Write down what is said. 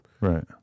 Right